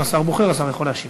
אם השר בוחר, השר יכול להשיב.